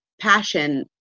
passion